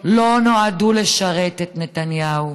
לא נועדו לשרת את נתניהו